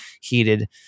heated